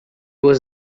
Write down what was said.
was